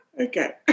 Okay